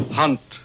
hunt